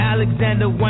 Alexander